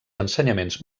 ensenyaments